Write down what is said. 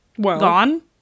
gone